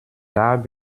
dach